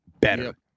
better